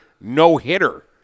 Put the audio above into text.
no-hitter